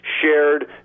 shared